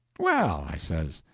well, i says,